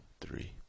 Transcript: three